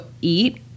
eat